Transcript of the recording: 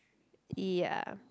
ya